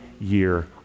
year